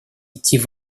идти